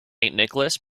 nicholas